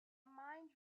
mind